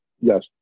yes